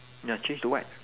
no change to what